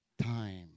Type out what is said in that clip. time